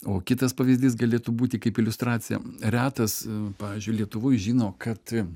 o kitas pavyzdys galėtų būti kaip iliustracija retas pavyzdžiui lietuvoj žino kad